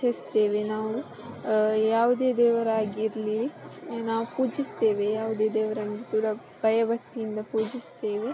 ಆಚರಿಸ್ತೇವೆ ನಾವು ಯಾವುದೆ ದೇವರಾಗಿರಲಿ ನಾವವು ಪೂಜಿಸ್ತೇವೆ ಯಾವುದೆ ದೇವರಾಗಿದ್ದರು ಭಯ ಭಕ್ತಿಯಿಂದ ಪೂಜಿಸ್ತೇವೆ